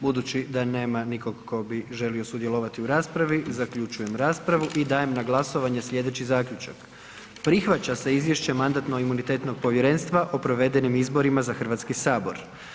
Budući da nema nikog tko bi želio sudjelovati u raspravi, zaključujem raspravu i dajem na glasovanje slijedeći zaključak: Prihvaća se izvješće Mandatno-imunitetnog povjerenstva o provedenim izborima za Hrvatski sabor.